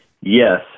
Yes